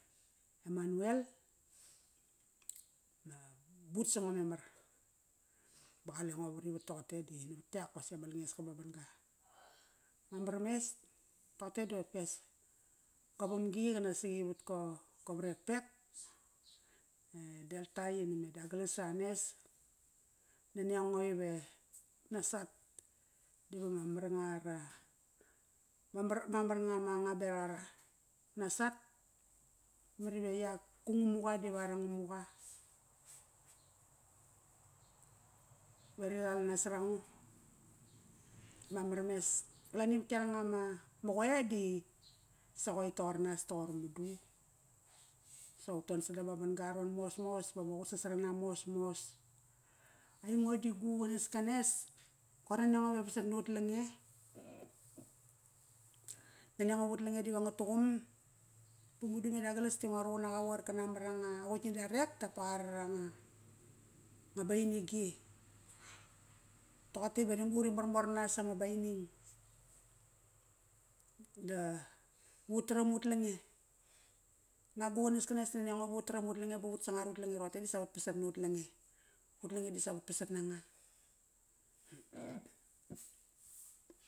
E Manuel ba but sango memar, ba qalengo varit vat toqote di navat iak qosaqi ama langeski ma ban-ga. Mamar mes, toqote di qopkias go vamgi qanaksi wat ko, go vrekpek, e Delta yi name Douglas an es, Nani ango ive nasat diva ma mar nga ara, ma mar nga ama anga beraq ara. Nasat, memar ive iak gu Ngamuqa diva ara Ngamuqa ve ri ral nasarango. Mamar mes, qlani vat iaranga ma, ma qoe di, sa qoir toqor nas toqor madu. Sa uton sada ma ba-ga aron mosmos, bama qutsasaram mosmos. Aringo di gu qanaskanes, qoir nani ango ive vasat na ut lange. Nani ango iva ut lange diva nga tuqum. Ba madu me Douglas da ngua ruqum noqa iva qoir kana, diva qoir kana mar anga qutk nadarek dap va qa rat anga Bainigi. Toqote, iva uri marmar nas ama Baining. Da ut taram ut lange. Anga gu qanaskanas di naniango iva ut taram ut lange bava ut sangar ut lange roqote disa vatpasat nut lange ut lange disa vatpasat nanga.